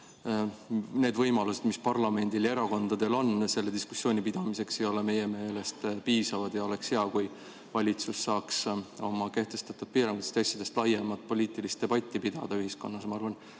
need võimalused, mis parlamendil ja erakondadel on selle diskussiooni pidamiseks, ei ole meie meelest piisavad. Oleks hea, kui valitsus saaks oma kehtestatud piirangute ja asjade üle laiemat poliitilist debatti pidada ühiskonnas. Ma arvan,